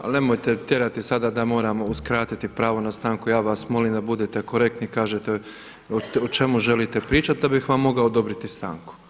Ali nemojte tjerati sada da vam moram uskratiti pravo na stanku, ja vas molim da budete korektni i kažete o čemu želite pričati da bih vam mogao odobriti stanku.